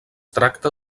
tracta